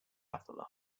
other